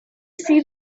see